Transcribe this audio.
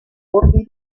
ordini